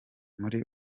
muri